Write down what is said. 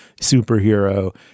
superhero